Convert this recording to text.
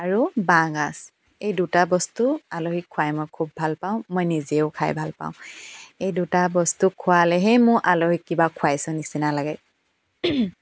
আৰু বাঁহ গাজ এই দুটা বস্তু আলহীক খুৱাই মই খুব ভাল পাওঁ মই নিজেও খাই ভাল পাওঁ এই দুটা বস্তু খুৱালেহে মোৰ আলহীক কিবা খুৱাইছোঁ নিচিনা লাগে